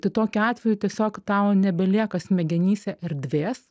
tai tokiu atveju tiesiog tau nebelieka smegenyse erdvės